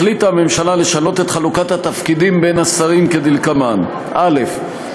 החליטה הממשלה לשנות את חלוקת התפקידים בין השרים כדלקמן: א.